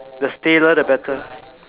the staler the better